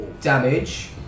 damage